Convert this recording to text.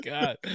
God